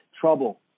trouble